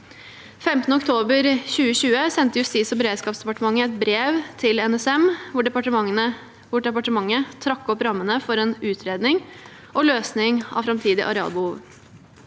15. oktober 2020 sendte Justis- og beredskapsdepartementet et brev til NSM hvor departementet trakk opp rammene for en utredning og løsning av framtidig arealbehov.